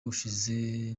ushize